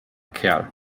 kerl